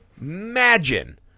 imagine